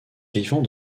vivant